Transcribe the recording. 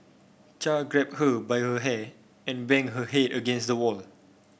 Char grabbed her by her hair and banged her head against the wall